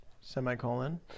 Semicolon